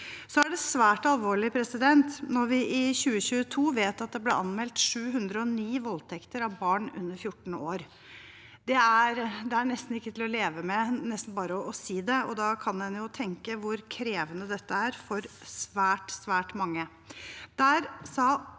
Så er det svært alvorlig når vi vet at det i 2022 ble anmeldt 709 voldtekter av barn under 14 år. Det er nesten ikke til å leve med bare å si det, og da kan en jo tenke hvor krevende dette er for svært, svært mange. Der sa utvalget